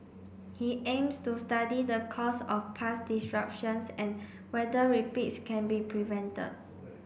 he aims to study the cause of past disruptions and whether repeats can be prevented